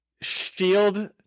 shield